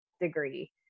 degree